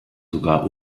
sogar